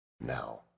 Now